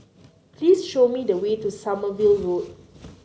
please show me the way to Sommerville Road